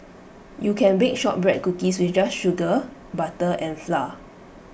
you can bake Shortbread Cookies with just sugar butter and flour